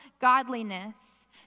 godliness